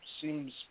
seems